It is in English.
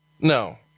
No